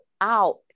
out